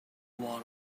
wall